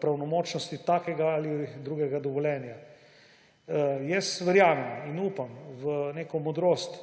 pravnomočnosti tega ali drugega dovoljenja. Jaz verjamem in upam v neko modrost